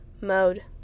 mode